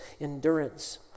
endurance